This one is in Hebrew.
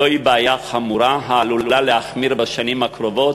זוהי בעיה חמורה, העלולה להחמיר בשנים הקרובות,